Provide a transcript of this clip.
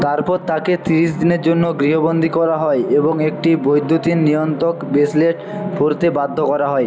তারপর তাকে ত্রিশ দিনের জন্য গৃহবন্দী করা হয় এবং একটি বৈদ্যুতিন নিয়ন্ত্রক ব্রেসলেট পরতে বাধ্য করা হয়